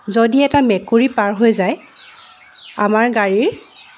যদি এটা মেকুৰী পাৰ হৈ যায় আমাৰ গাড়ীৰ